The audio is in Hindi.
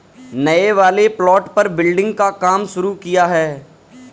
नए वाले प्लॉट पर बिल्डिंग का काम शुरू किया है